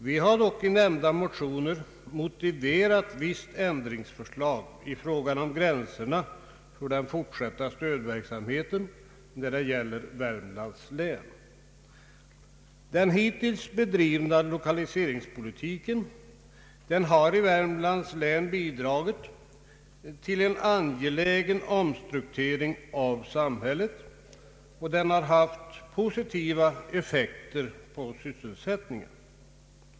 Vi har dock i nämnda motionspar motiverat visst ändringsförslag i fråga om gränserna för den fortsatta stödverksamheten när det gäller Värmlands län. Den hittills bedrivna = lokaliseringspolitiken har i Värmlands län bidragit till en angelägen omstrukturering av samhället, och den har haft positiva effekter på sysselsättningen.